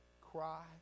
cry